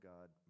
God